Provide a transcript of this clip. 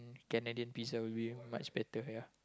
Canadian Pizza will be much better ya